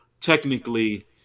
technically